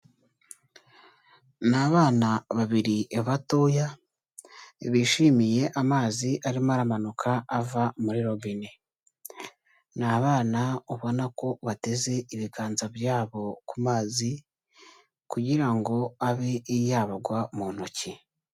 Ni abana babiri batoya bishimiye amazi arimo aramanuka ava muri robine, ni abana ubona ko bateze ibiganza byabo ku mazi kugira ngo abe yabagwa mu ntoki.